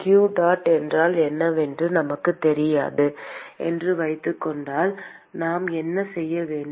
q dot என்றால் என்னவென்று நமக்குத் தெரியாது என்று வைத்துக் கொண்டால் நாம் என்ன செய்ய வேண்டும்